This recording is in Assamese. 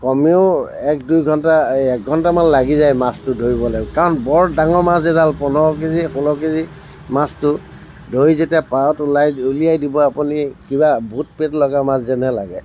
কমেও এক দুই ঘণ্টা এই এক ঘণ্টামান লাগি যায় মাছটো ধৰিবলৈ কাৰণ বৰ ডাঙৰ মাছ সেইডাল পোন্ধৰ কেজি ষোল্ল কেজি মাছটো ধৰি যেতিয়া পাৰত ওলাই উলিয়াই দিব আপুনি কিবা ভূত প্ৰেত লগা মাছ যেনহে লাগে